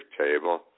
table